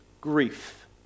grief